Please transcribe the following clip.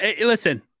listen